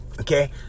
okay